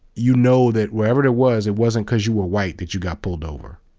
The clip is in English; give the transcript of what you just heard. you know that whatever it it was, it wasn't because you were white that you got pulled over.